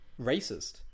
Racist